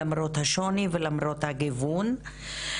למרות השוני ולמרות הגיוון.